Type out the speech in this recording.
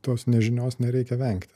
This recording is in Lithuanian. tos nežinios nereikia vengti